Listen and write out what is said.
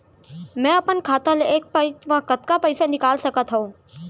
मैं अपन खाता ले एक पइत मा कतका पइसा निकाल सकत हव?